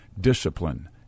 discipline